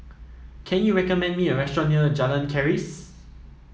can you recommend me a restaurant near Jalan Keris